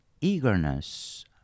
eagerness